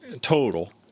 total